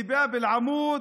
לבאב אל-עמוד,